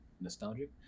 nostalgic